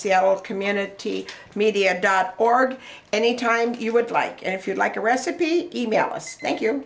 seattle community media dot org anytime you would like and if you'd like a recipe email us thank you